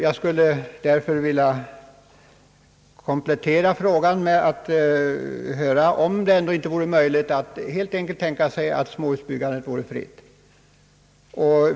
Jag skulle därför vilja komplettera frågan med att höra efter om det inte vore möjligt att tänka sig att småhusbyggandet helt enkelt bleve fritt.